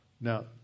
Now